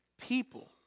people